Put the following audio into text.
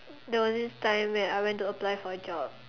there was this time where I went to apply for a job